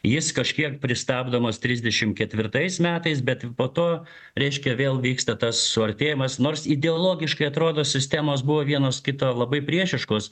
jis kažkiek pristabdomas trisdešimt ketvirtais metais bet po to reiškia vėl vyksta tas suartėjimas nors ideologiškai atrodo sistemos buvo vienos kita labai priešiškos